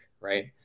right